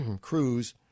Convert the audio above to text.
Cruz